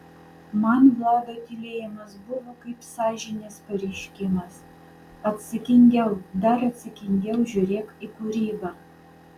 man vlado tylėjimas buvo kaip sąžinės pareiškimas atsakingiau dar atsakingiau žiūrėk į kūrybą